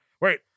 wait